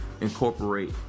incorporate